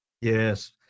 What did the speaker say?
Yes